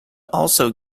also